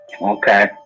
okay